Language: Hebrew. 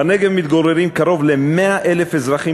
בנגב מתגוררים קרוב ל-100,000 אזרחים